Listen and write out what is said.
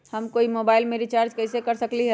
हम कोई मोबाईल में रिचार्ज कईसे कर सकली ह?